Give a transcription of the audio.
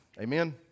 Amen